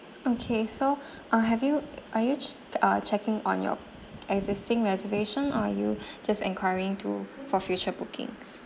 okay so uh have you are you ch~ uh checking on your existing reservation or are you just enquiring to for future bookings